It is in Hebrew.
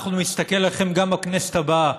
אנחנו נסתכל עליכם גם בכנסת הבאה.